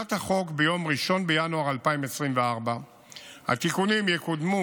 תחילת החוק ביום 1 בינואר 2024. התיקונים יקודמו